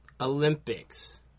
Olympics